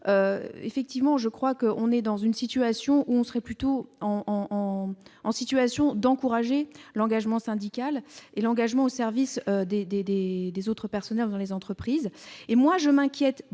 effectivement, je crois que on est dans une situation où on serait plutôt en en situation d'encourager l'engagement syndical et l'engagement au service des, des, des, des autres personnels dans les entreprises, et moi je m'inquiète